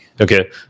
Okay